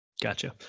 Gotcha